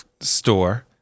store